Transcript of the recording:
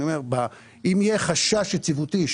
אם יהיה חשש יציבותי,